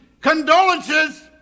Condolences